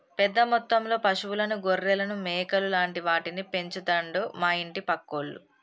పెద్ద మొత్తంలో పశువులను గొర్రెలను మేకలు లాంటి వాటిని పెంచుతండు మా ఇంటి పక్కోళ్లు